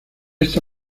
esta